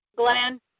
Glenn